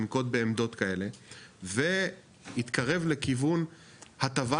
לנקוט בעמדות כאלה ויתקרב לכיוון הטבת